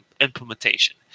implementation